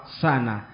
sana